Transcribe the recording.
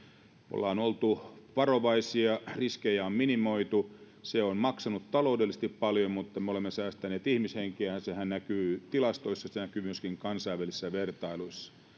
ollaan oltu varovaisia riskejä on minimoitu se on maksanut taloudellisesti paljon mutta me olemme säästäneet ihmishenkiä sehän näkyy tilastoissa se näkyy myöskin kansainvälisissä vertailuissa